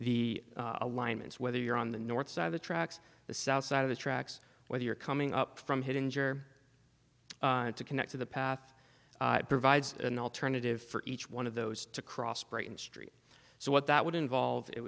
the alignments whether you're on the north side of the tracks the south side of the tracks whether you're coming up from hit injure and to connect to the path it provides an alternative for each one of those to cross break in st so what that would involve it